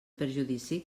perjudici